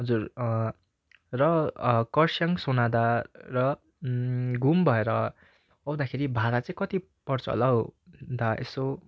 हजुर र खरसाङ सोनादा र घुम भएर आउँदाखेरि भाडा चाहिँ कति पर्छ होला हौ दा यसो